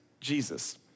Jesus